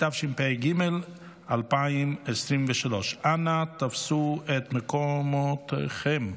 התשפ"ג 2023. אנא תפסו את מקומותיכם.